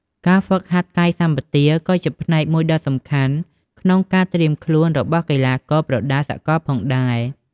ការហ្វឹកហាត់កាយសម្បទា ក៏ជាផ្នែកមួយដ៏សំខាន់ក្នុងការត្រៀមខ្លួនរបស់កីឡាករប្រដាល់សកលផងដែរ។